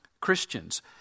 Christians